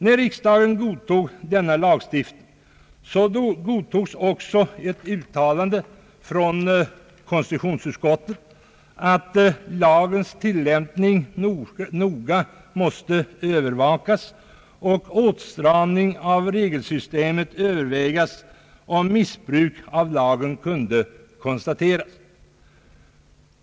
När riksdagen beslöt denna lagstiftning godtogs också ett uttalande av konstitutionsutskottet, att lagens tillämpning noga måste övervakas, och åtstramning av regelsystemet övervägas, om missbruk av lagen kunde konstateras.